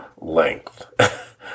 length